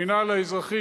המינהל האזרחי,